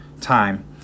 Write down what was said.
time